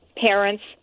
parents